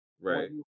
Right